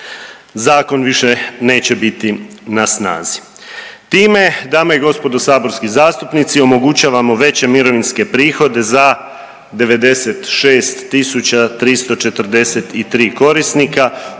zakon više neće biti na snazi. Time, dame i gospodo saborski zastupnici omogućavamo veće mirovinske prihode za 96 tisuća 343 korisnika